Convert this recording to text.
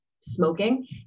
smoking